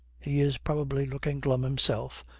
he is probably looking glum himself,